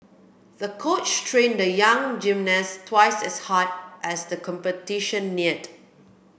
the coach trained the young gymnast twice as hard as the competition neared